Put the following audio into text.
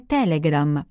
Telegram